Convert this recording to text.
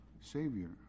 savior